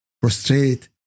prostrate